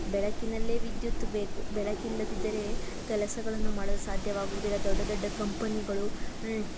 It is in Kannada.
ಬೆಳಕಿನಲ್ಲೇ ವಿದ್ಯುತ್ ಬೇಕು ಬೆಳಕಿಲ್ಲದಿದ್ದರೆ ಕೆಲಸಗಳನ್ನು ಮಾಡಲು ಸಾಧ್ಯವಾಗುವುದಿಲ್ಲ ದೊಡ್ಡ ದೊಡ್ಡ ಕಂಪನಿಗಳು